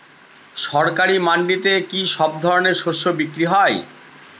সরকারি মান্ডিতে কি সব ধরনের শস্য বিক্রি হয়?